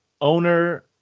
Owner